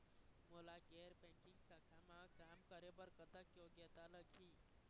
मोला गैर बैंकिंग शाखा मा काम करे बर कतक योग्यता लगही?